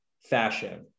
fashion